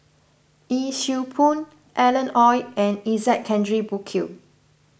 Yee Siew Pun Alan Oei and Isaac Henry Burkill